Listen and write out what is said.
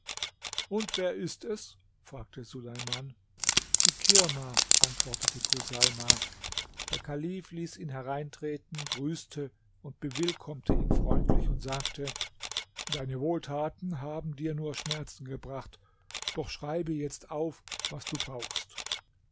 und wer ist es fragte suleiman ikirma antwortete chuseima der kalif ließ ihn hereintreten grüßte und bewillkommte ihn freundlich und sagte deine wohltaten haben dir nur schmerzen gebracht doch schreibe jetzt auf was du brauchst